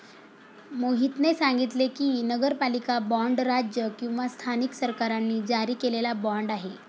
मोहितने सांगितले की, नगरपालिका बाँड राज्य किंवा स्थानिक सरकारांनी जारी केलेला बाँड आहे